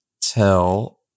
tell